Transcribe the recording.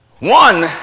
One